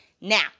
now